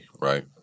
right